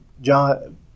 John